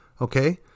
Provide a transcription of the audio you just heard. Okay